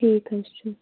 ٹھیٖک حظ چھُ